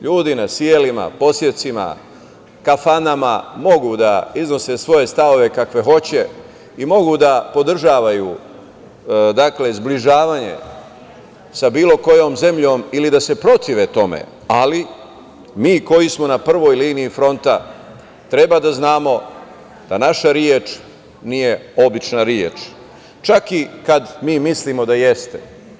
Ljudi na sijelima, posjecima, kafanama, mogu da iznose svoje stavove kakve hoće i mogu da podržavaju zbližavanje sa bilo kojom zemljom ili da se protive tome, ali mi koji smo na prvoj liniji fronta, treba da znamo da naša reč nije obična reč, čak i kad mi mislimo da jeste.